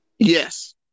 Yes